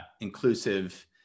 inclusive